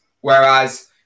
whereas